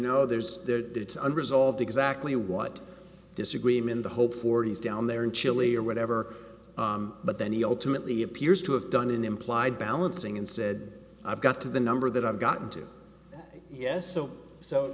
know there's there it's unresolved exactly what disagreement i hope for his down there in chile or whatever but then he ultimately appears to have done an implied balancing and said i've got to the number that i've gotten to yes so so